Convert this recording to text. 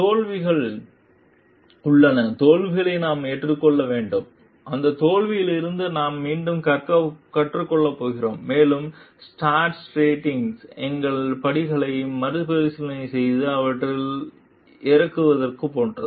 தோல்விகள் உள்ளன தோல்விகளை நாம் ஏற்றுக்கொள்ள வேண்டும் அந்த தோல்வியிலிருந்து நாங்கள் மீண்டும் கற்றுக் கொள்ளப் போகிறோம் மேலும் ஸ்டார்ட் ரெடோயிங் எங்கள் படிகளை மறுபரிசீலனை செய்து அவற்றில் இறங்குவது போன்றது